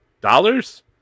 Dollars